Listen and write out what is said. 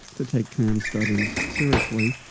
to take trans studies seriously.